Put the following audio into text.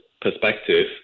perspective